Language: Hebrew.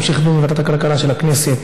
להמשך הדיון בוועדת הכלכלה של הכנסת.